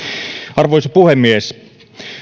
arvoisa puhemies